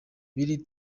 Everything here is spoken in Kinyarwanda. biri